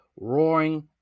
roaring